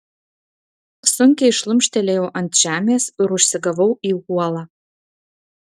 sunkiai šlumštelėjau ant žemės ir užsigavau į uolą